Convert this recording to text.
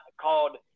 called